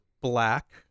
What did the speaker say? black